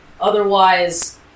Otherwise